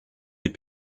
des